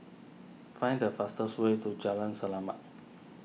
find the fastest way to Jalan Selamat